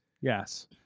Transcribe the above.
yes